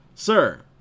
Sir